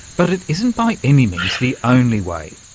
but it isn't by any means the only way.